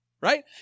right